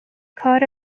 کار